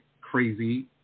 crazy